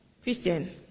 Christian